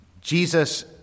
Jesus